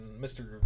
Mr